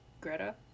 greta